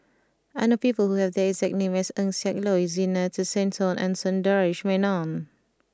I know people who have the exact name as Eng Siak Loy Zena Tessensohn and Sundaresh Menon